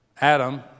Adam